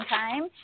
time